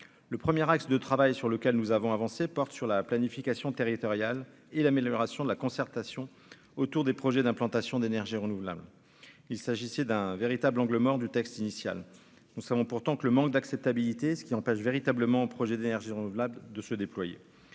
le premier axe de travail sur lequel nous avons avancé porte sur la planification territoriale et l'amélioration de la concertation autour des projets d'implantation d'énergies renouvelables, il s'agissait d'un véritable angle mort du texte initial, nous savons pourtant que le manque d'acceptabilité, ce qui empêche, véritablement, projets d'énergie renouvelable, de se déployer